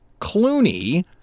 Clooney